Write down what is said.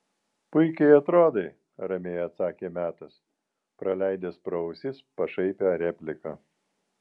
puikiai atrodai ramiai atsakė metas praleidęs pro ausis pašaipią repliką